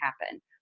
happen